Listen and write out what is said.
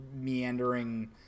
meandering